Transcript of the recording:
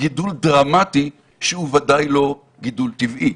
גידול דרמטי שהוא ודאי לא גידול טבעי.